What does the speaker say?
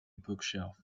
bookshelf